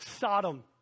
Sodom